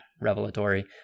revelatory